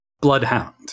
Bloodhound